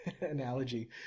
analogy